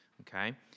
okay